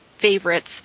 favorites